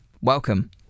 Welcome